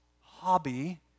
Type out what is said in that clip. hobby